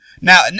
Now